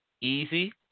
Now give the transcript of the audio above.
easy